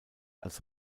als